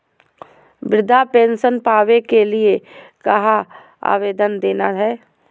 वृद्धा पेंसन पावे के लिए कहा आवेदन देना है?